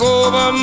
over